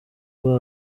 rwa